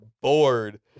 bored